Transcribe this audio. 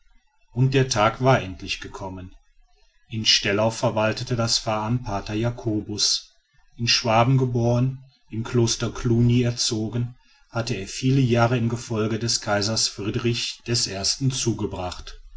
und der tag war endlich gekommen in stellau verwaltete das pfarramt pater jacobus in schwaben geboren im kloster cluny erzogen hatte er viele jahre im gefolge des kaisers friedrich des ersten zugebracht